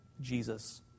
Jesus